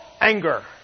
anger